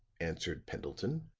answered pendleton,